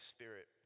Spirit